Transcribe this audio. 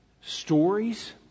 stories